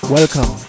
Welcome